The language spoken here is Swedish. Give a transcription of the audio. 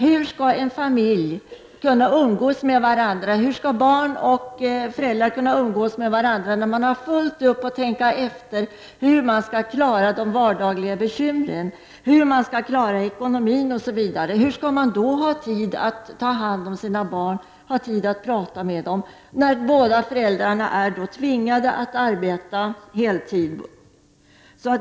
Hur skall medlemmarna i familjen kunna umgås med varandra när man har fullt upp att tänka efter hur man skall klara de vardagliga bekymren, ekonomin osv. Hur skall föräldrarna ha tid att ta hand om sina barn och prata med dem när de båda är tvingade att arbeta heltid?